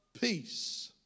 peace